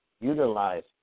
utilize